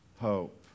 hope